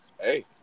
hey